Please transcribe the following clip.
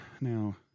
now